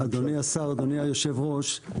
אדוני השר, אדוני יושב הראש.